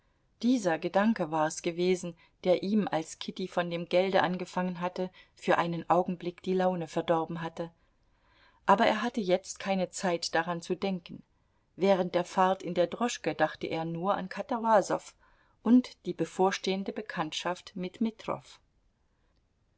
dieser gedanke war es gewesen der ihm als kitty von dem gelde angefangen hatte für einen augenblick die laune verdorben hatte aber er hatte jetzt keine zeit daran zu denken während der fahrt in der droschke dachte er nur an katawasow und die bevorstehende bekanntschaft mit metrow